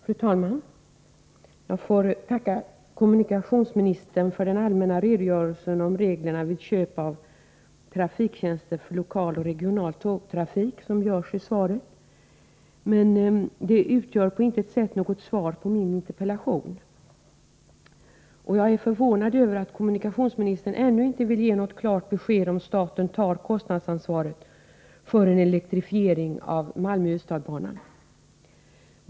Fru talman! Jag får tacka kommunikationsministern för den allmänna redogörelse för reglerna vid köp av trafiktjänster vid lokal och regional tågtrafik som ges i svaret. Men detta utgör på intet sätt något svar på min interpellation. Jag är förvånad över att kommunikationsministern ännu inte vill ge något klart besked om huruvida staten tar kostnadsansvaret för en elektrifiering av Malmö-Ystad-banan.